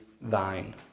thine